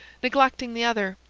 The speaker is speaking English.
neglecting the other,